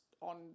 on